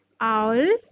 owl